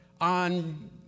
on